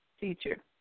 teacher